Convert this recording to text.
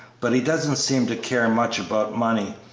but he doesn't seem to care much about money.